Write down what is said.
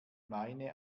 meine